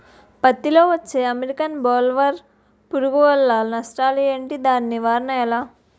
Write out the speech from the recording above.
పత్తి లో వచ్చే అమెరికన్ బోల్వర్మ్ పురుగు వల్ల నష్టాలు ఏంటి? దాని నివారణ ఎలా?